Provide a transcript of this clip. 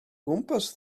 gwmpas